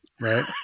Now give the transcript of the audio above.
Right